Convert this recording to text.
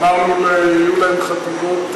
אמרנו: יהיו להם חטיבות.